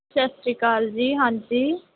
ਸਤਿ ਸ਼੍ਰੀ ਅਕਾਲ ਜੀ ਹਾਂਜੀ